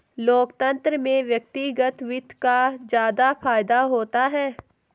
लोकतन्त्र में व्यक्तिगत वित्त का ज्यादा फायदा होता है